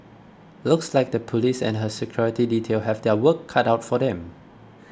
looks like the police and her security detail have their work cut out for them